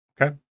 Okay